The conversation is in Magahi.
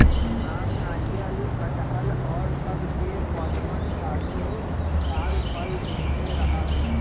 आम, नारियल, कटहल और सब के पौधवन सालो साल फल देते रहा हई